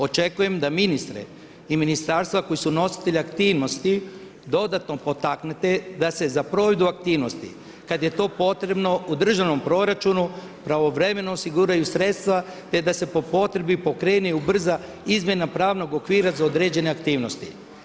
Očekujem da ministre i ministarstva koji su nositelj aktivnosti, dodatno potaknete da se za provedbu aktivnosti, kada je to potrebno, u državnom proračunu, pravovremeno osiguraju sredstva, te da se po potrebi pokrene i ubrza izmjena pravnoga okvira za određene aktivnosti.